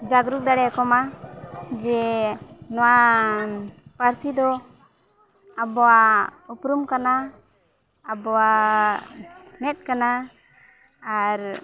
ᱡᱟᱜᱨᱩᱠ ᱫᱟᱲᱮᱭᱟᱠᱚᱢᱟ ᱡᱮ ᱱᱚᱣᱟ ᱱᱚᱣᱟ ᱯᱟᱹᱨᱥᱤ ᱫᱚ ᱟᱵᱚᱣᱟᱜ ᱩᱯᱨᱩᱢ ᱠᱟᱱᱟ ᱟᱵᱚᱣᱟᱜ ᱢᱮᱸᱫ ᱠᱟᱱᱟ ᱟᱨ